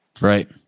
Right